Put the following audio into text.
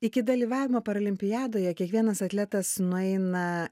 iki dalyvavimo parolimpiadoje kiekvienas atletas nueina